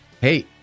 Hey